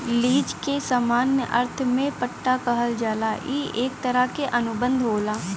lease के सामान्य अर्थ में पट्टा कहल जाला ई एक तरह क अनुबंध होला